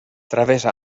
travessa